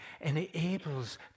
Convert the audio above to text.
enables